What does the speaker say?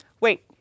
Wait